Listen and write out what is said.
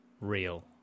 real